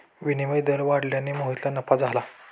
विनिमय दर वाढल्याने मोहितला नफा झाला